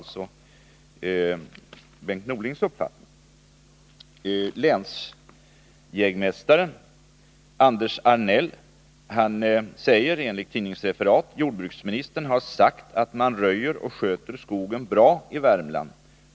Länsjägmästare Anders Arnell sade enligt ett tidningsreferat: ”Jordbruksministern har sagt att man röjer och sköter skogen bra i Värmland.